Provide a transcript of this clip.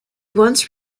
once